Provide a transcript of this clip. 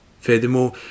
Furthermore